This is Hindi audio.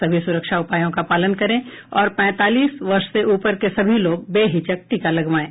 सभी सुरक्षा उपायों का पालन करें और पैंतालीस वर्ष से ऊपर के सभी लोग बेहिचक टीका लगवाएं